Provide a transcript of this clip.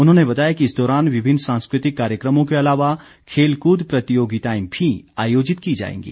उन्होंने बताया कि इस दौरान विभिन्न सांस्कृतिक कार्यक्रमों के अलावा खेलकूद प्रतियोगिताएं भी आयोजित की जाएंगी